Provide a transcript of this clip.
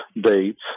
dates